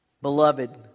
Beloved